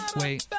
wait